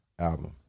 album